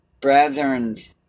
brethren's